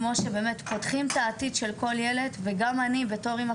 כמו שבאמת שמם הם פותחים את העתיד של כל ילד וגם אני בתור אמא